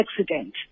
accident